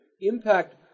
impact